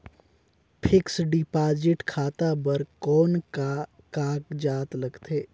Fixed deposit खाता बर कौन का कागजात लगथे?